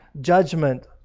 judgment